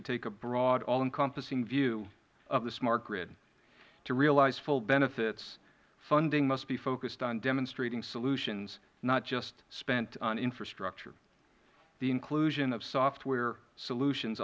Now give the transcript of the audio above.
to take a broad all encompassing view of the smart grid to realize full benefits funding must be focused on demonstrating solutions not just spent on infrastructure the inclusion of software solutions